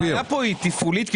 הבעיה כאן היא תפעולית?